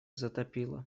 затопило